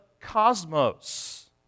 cosmos